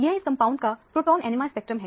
यह इस कंपाउंड का प्रोटोन NMR स्पेक्ट्रम है